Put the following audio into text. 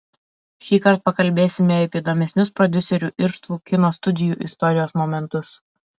šįkart pakalbėsime apie įdomesnius prodiuserių irštvų kino studijų istorijos momentus